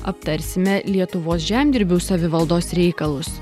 aptarsime lietuvos žemdirbių savivaldos reikalus